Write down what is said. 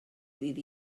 ddydd